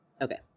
okay